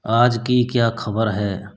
आज की क्या ख़बर है